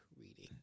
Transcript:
reading